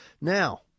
Now